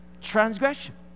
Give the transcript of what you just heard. Transgression